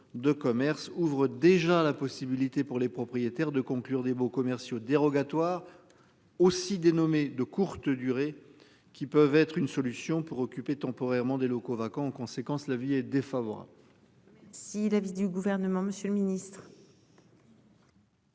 de commerce ouvre déjà la possibilité pour les propriétaires de conclure des baux commerciaux dérogatoires. Aussi, dénommée de courte durée qui peuvent être une solution pour occuper temporairement des locaux vacants en conséquence l'avis est défavorable. Si l'avis du gouvernement, Monsieur le Ministre.